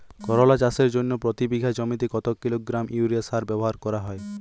করলা চাষের জন্য প্রতি বিঘা জমিতে কত কিলোগ্রাম ইউরিয়া সার ব্যবহার করা হয়?